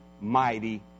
mighty